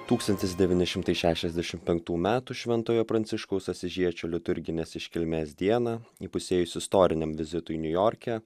tūkstantis devyni šimtai šešiasdešim penktų metų šventojo pranciškaus asyžiečio liturginės iškilmės dieną įpusėjus istoriniam vizitui niujorke